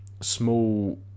small